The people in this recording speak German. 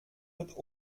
mit